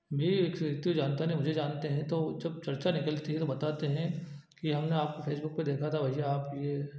वे एक से एक तू जानता नहीं मुझे जानते हैं तो जब चर्चा निकलती है तो बताते हैं कि हमने आपको फेसबुक पर देखा था भैया आप यह